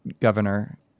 governor